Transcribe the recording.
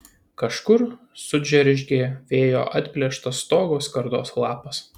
kažkur sudžeržgė vėjo atplėštas stogo skardos lapas